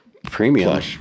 Premium